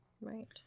Right